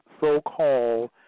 so-called